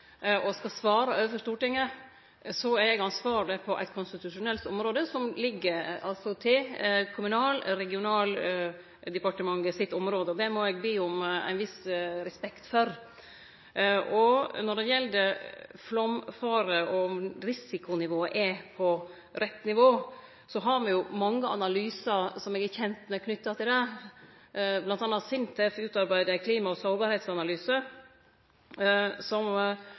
og skal svare overfor Stortinget, er eg konstitusjonelt ansvarleg for det som høyrer til Kommunal- og regionaldepartementet sitt område. Det må eg be om ein viss respekt for. Når det gjeld flaumfare og om risikonivået er på rett nivå, har me mange analyser knytte til det, som eg er kjend med. Blant anna har SINTEF utarbeidd ein klima- og sårbarheitsanalyse som seier noko om dette. Me har kart, som eg nemnde i stad, som